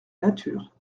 nature